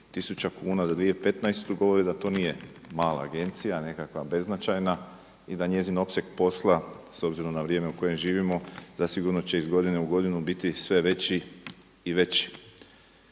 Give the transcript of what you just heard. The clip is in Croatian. tisuća kuna za 2015., govori da to nije mala Agencija nekakva beznačajna i da njezin opseg posla s obzirom na vrijeme u kojem živimo da sigurno će iz godine u godinu biti sve veći i veći.